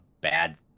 bad